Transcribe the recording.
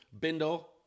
bindle